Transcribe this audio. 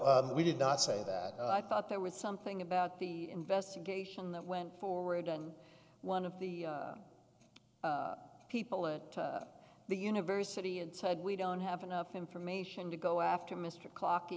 o we did not say that i thought there was something about the investigation that went forward and one of the people at the university and said we don't have enough information to go after mr clocking